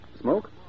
Smoke